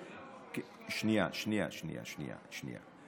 שנייה, שנייה, שנייה,